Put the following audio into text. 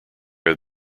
have